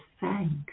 thanks